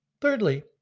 Thirdly